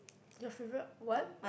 your favourite what